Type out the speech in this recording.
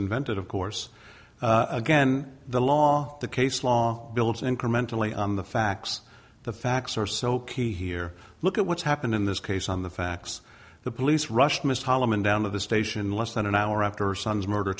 invented of course again the law the case law builds incrementally on the facts the facts are so key here look at what's happened in this case on the facts the police rushed mr holman down of the station less than an hour after son's murder